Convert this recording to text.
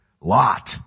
Lot